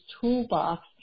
toolbox